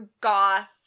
goth